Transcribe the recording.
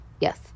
yes